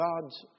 God's